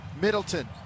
Middleton